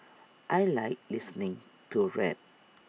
I Like listening to rap